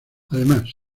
además